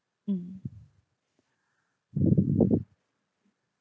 mm